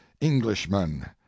englishman